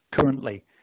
currently